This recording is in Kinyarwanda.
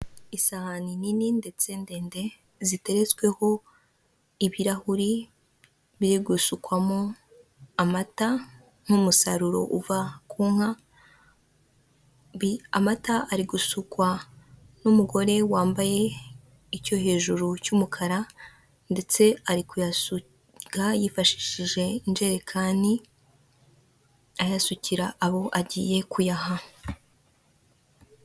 Isahani nini ndetse ndende, ziteretsweho ibirahuri biri gusukwamo amata nk'umusaruro uva ku nka, amata ari gusukwa n'umugore wambaye icyo hejuru cy'umukara ndetse ari kuyasuka yifashishije injerekani, ayasukira abo agiye kuyaha.